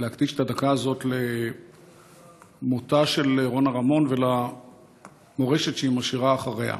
להקדיש את הדקה הזאת למותה של רונה רמון ולמורשת שהיא משאירה אחריה.